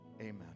Amen